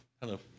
hello